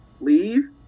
leave